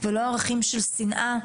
ולא ערכים של שנאה,